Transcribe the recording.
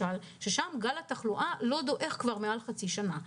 ושם גל התחלואה לא דועך כבר מעל חצי שנה.